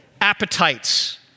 appetites